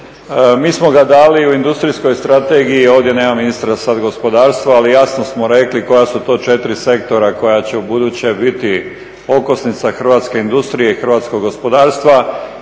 Mi smo ga dali u Industrijskoj strategiji, ovdje nema ministra sad gospodarstva, ali jasno smo rekli koja su to četiri sektora koja će ubuduće biti okosnica hrvatske industrije i hrvatskog gospodarstva.